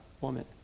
woman